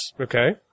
Okay